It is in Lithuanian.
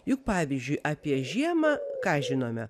juk pavyzdžiui apie žiemą ką žinome